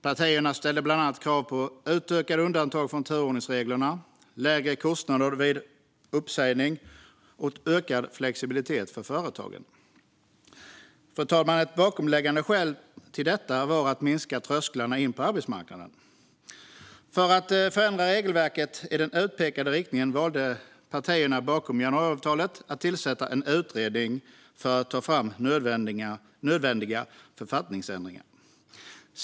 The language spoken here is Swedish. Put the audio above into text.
Partierna ställde bland annat krav på utökade undantag från turordningsreglerna, lägre kostnader vid uppsägning och ökad flexibilitet för företagen. Ett bakomliggande skäl till detta var att sänka trösklarna in på arbetsmarknaden, fru talman. För att förändra regelverket i den utpekade riktningen valde partierna bakom januariavtalet att tillsätta en utredning för att ta fram nödvändiga författningsändringar.